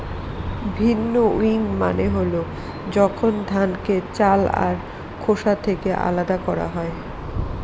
ভিন্নউইং মানে হল যখন ধানকে চাল আর খোসা থেকে আলাদা করা হয়